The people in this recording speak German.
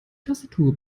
tastatur